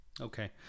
Okay